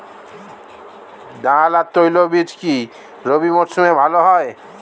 ডাল আর তৈলবীজ কি রবি মরশুমে ভালো হয়?